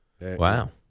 Wow